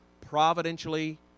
providentially